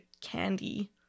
candy